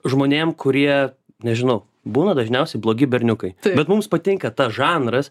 žmonėm kurie nežinau būna dažniausiai blogi berniukai bet mums patinka tas žanras